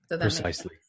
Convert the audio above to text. Precisely